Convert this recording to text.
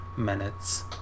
minutes